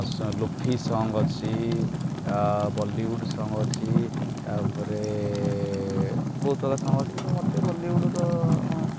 lofi song ଅଛି Bollywood song ଅଛି ତାପରେ ବହୁତ ପ୍ରକାର ସଙ୍ଗ ଅଛି କିନ୍ତୁ ମୋତେ ବଲିଉଡ଼୍ର